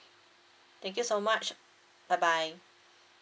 thank you so much bye bye